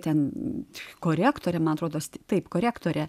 ten korektorė man atrodos taip korektorė